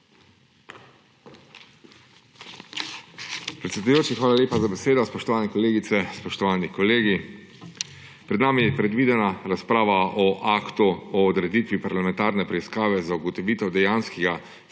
Predsedujoči, hvala lepa za besedo. Spoštovane kolegice, spoštovani kolegi! Pred nami je predvidena razprava o Aktu o odreditvi parlamentarne preiskave za ugotovitev dejanskega